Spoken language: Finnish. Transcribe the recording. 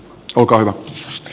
arvoisa puhemies